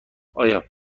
آیا